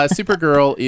supergirl